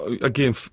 again